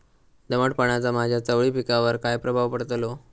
दमटपणाचा माझ्या चवळी पिकावर काय प्रभाव पडतलो?